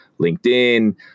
LinkedIn